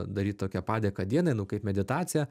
daryt tokią padėką dienai nu kaip meditaciją